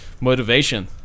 motivation